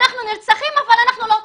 אנחנו נרצחים אבל אנחנו לא טיפשים.